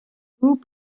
group